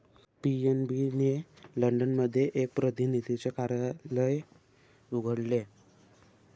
PNB ने London मध्ये एक प्रतिनिधीचे कार्यालय उघडले